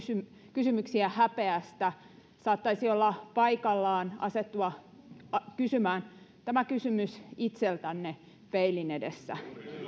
kysymyksiä häpeästä saattaisi olla paikallaan asettua kysymään tämä kysymys itseltänne peilin edessä